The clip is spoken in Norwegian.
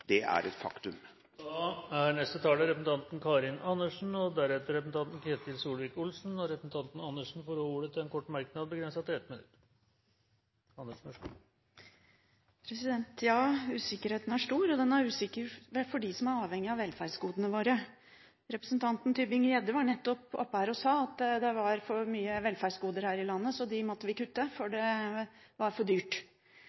Det er et faktum. Representanten Karin Andersen har hatt ordet to ganger tidligere og får ordet til en kort merknad, begrenset til 1 minutt. Usikkerheten er stor, og den er stor for dem som er avhengig av velferdsgodene våre. Representanten Tybring-Gjedde var nettopp her oppe og sa at det er for mange velferdsgoder her i landet, så dem måtte vi kutte i, for